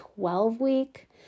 12-week